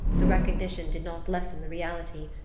the recognition did not lessen the reality,